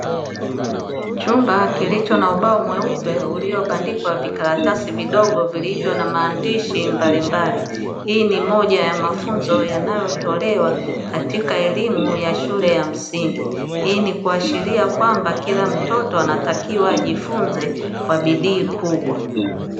Chumba kilicho na ubao mweupe uliobandikwa vikaratasi vidogo vilivyo na maandishi mbalimbali. Hii ni moja ya mafunzo yanayotolewa katika elimu ya shule ya msingi. Hii ni kuashiria kwamba kila mtoto anatakiwa ajifunze kwa bidii kubwa.